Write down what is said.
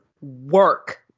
work